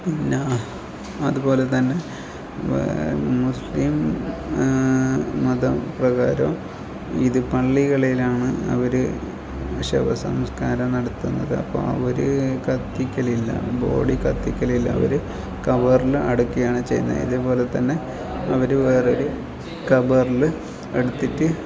പിന്നെ അതുപോലെതന്നെ മുസ്ലിം മതം പ്രകാരം ഇത് പള്ളികളിലാണ് അവർ ശവസംസ്കാരം നടത്തുന്നത് അപ്പം അവർ കത്തിക്കലില്ല ബോഡി കത്തിക്കലില്ല അവർ ഖബറിൽ അടക്കിയാണ് ചെയ്യുന്നത് ഇതേപോലെതന്നെ അവർ വേറൊരു ഖബറിൽ എടുത്തിട്ട്